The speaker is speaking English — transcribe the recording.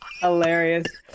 Hilarious